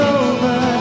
over